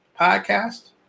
podcast